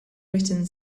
written